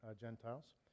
Gentiles